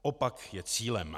Opak je cílem.